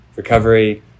Recovery